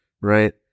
right